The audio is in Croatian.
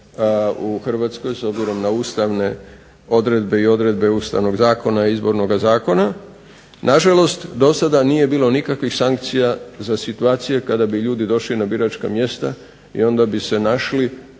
u Hrvatskoj s obzirom na Ustavne odredbe i odredbe Ustavnog zakona i Izbornog zakona, na žalost do sada nije bilo nikakvih sankcija za situacije kada bi ljudi došli na biračka mjesta i onda bi se našli